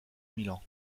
milan